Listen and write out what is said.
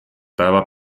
päeva